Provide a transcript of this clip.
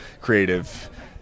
creative